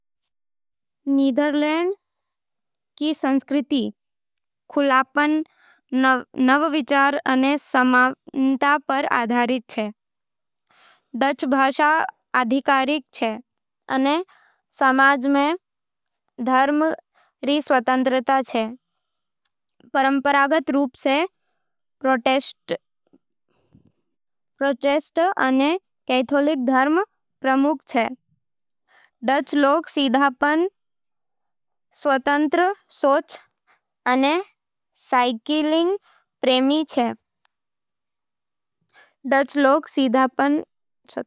नीदरलैंड रो संस्कृति खुलापन, नवाचार अने समानता पर आधारित छे। डच भाषा आधिकारिक होवे, अने समाज में धर्म री स्वतंत्रता छे, परंपरागत रूप सै प्रोटेस्टेंट अने कैथोलिक धर्म प्रमुख होवे। डच लोग सीधापन, स्वतंत्र सोच अने साइकिलिंग प्रेमी छे।